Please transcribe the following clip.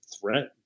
threat